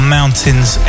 Mountains